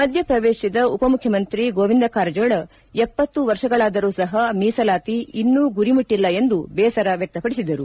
ಮಧ್ಯಪ್ರವೇತಿಸಿದ ಉಪಮುಖ್ಯಮಂತ್ರಿ ಗೋವಿಂದ ಕಾರಜೋಳಎಪ್ಪತ್ತು ವರ್ಷಗಳಾದರೂ ಸಪ ಮೀಸಲಾತಿ ಇನ್ನೂ ಗುರಿಮುಟ್ವಲ್ಲ ಎಂದು ಬೇಸರ ವ್ಲಕ್ತಪಡಿಸಿದರು